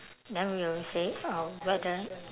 then we'll say uh whether